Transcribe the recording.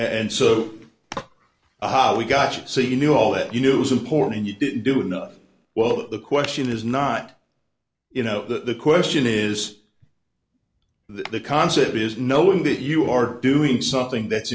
and so how we got it so you knew all that you knew was important and you didn't do enough well the question is not you know the question is the concept is knowing that you are doing something that's